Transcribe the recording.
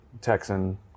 Texan